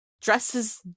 dresses